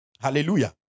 Hallelujah